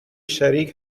شریک